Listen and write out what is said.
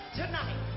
tonight